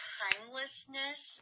timelessness